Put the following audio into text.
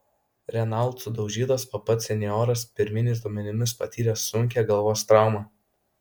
renault sudaužytas o pats senjoras pirminiais duomenimis patyrė sunkią galvos traumą